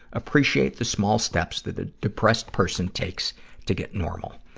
appreciate the small steps that the depressed person takes to get normal.